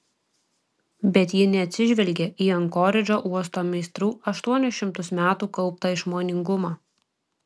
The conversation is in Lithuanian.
bet ji neatsižvelgė į ankoridžo uosto meistrų aštuonis šimtus metų kauptą išmoningumą